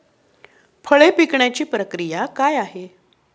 फळे पिकण्याची प्रक्रिया काय आहे?